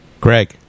Greg